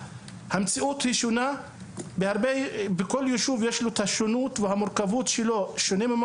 המציאות היא שונה מישוב לישוב ולכל מקום יש מורכבות אחרת,